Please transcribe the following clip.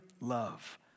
love